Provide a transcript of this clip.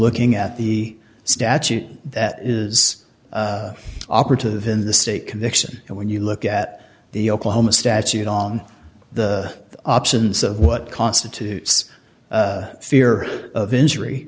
looking at the statute that is operative in the state conviction and when you look at the oklahoma statute on the options of what constitutes fear of injury